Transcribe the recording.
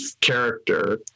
character